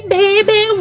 baby